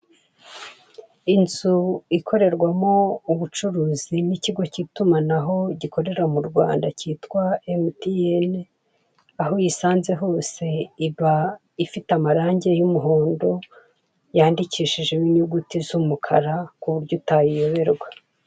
Inzu ikrerwamo ubucuruzi bw'ikigo cy'itumanaho gikorera mu Rwanda cyitwa MTN aho uyisanze hose iba ifite amarangi y'umuhondo yandikishijwehomo inyuguu z'umukara ku buryo utayiyoberwa.